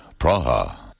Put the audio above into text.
Praha